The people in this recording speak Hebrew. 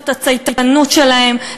את הצייתנות שלהם,